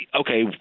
okay